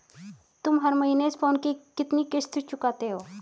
तुम हर महीने इस फोन की कितनी किश्त चुकाते हो?